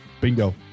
Bingo